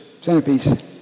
Centerpiece